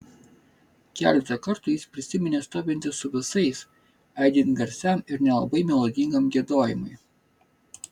keletą kartų jis prisiminė stovintis su visais aidint garsiam ir nelabai melodingam giedojimui